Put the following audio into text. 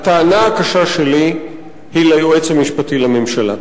הטענה הקשה שלי היא ליועץ המשפטי לממשלה.